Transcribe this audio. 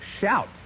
shout